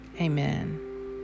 Amen